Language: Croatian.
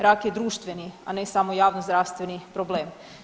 Rak je društveni, a ne samo javnozdravstveni problem.